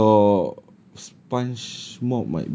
oh ya your sponge